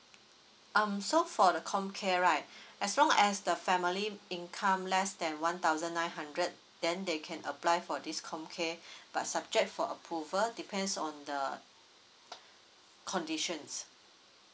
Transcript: um so for the comcare right as long as the family income less than one thousand nine hundred then they can apply for this comcare but subject for approval depends on the conditions